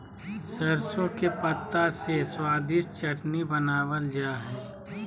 सरसों के पत्ता से स्वादिष्ट चटनी बनावल जा हइ